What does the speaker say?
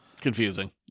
Confusing